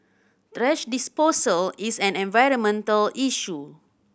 thrash disposal is an environmental issue